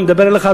מדבר אליך,